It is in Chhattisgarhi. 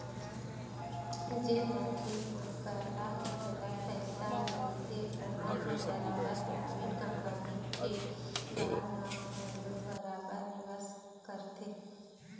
जेन मनखे मन करा इफरात पइसा रहिथे ओमन ह बरोबर पराइवेट कंपनी के बांड म घलोक बरोबर निवेस करथे